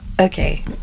Okay